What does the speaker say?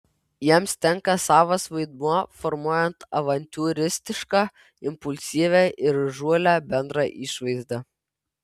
jiems tenka savas vaidmuo formuojant avantiūristišką impulsyvią ir įžūlią bendrą išvaizdą